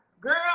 girl